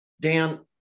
Dan